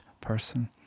person